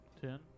ten